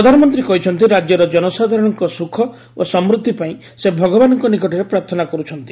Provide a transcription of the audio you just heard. ପ୍ରଧାନମନ୍ତୀ କହିଛନ୍ତି ରାଜ୍ୟର ଜନସାଧାରଣଙ୍କ ଶୁଖ ଓ ସମୃଦ୍ଧି ପାଇଁ ସେ ଭଗବାନଙ୍କ ନିକଟରେ ପ୍ରାର୍ଥନା କର୍ତ୍ଥନ୍ତି